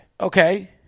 Okay